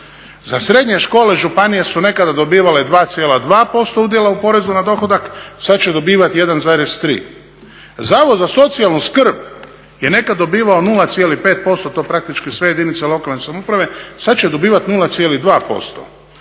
Za srednje škole županije su nekada dobivale 2,2% udjela u porezu na dohodak, sad će dobivati 1,3. Zavod za socijalnu skrb je nekad dobivao 0,5%, to praktički sve jedinice lokalne samouprave, sad će dobivat 0,2%.